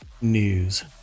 news